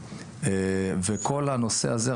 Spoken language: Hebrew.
וכל הנושא הזה,